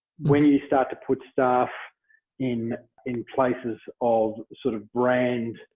when you start to put stuff in in places of sort of brand,